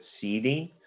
seeding